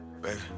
Baby